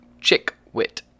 Chickwit